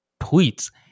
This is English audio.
tweets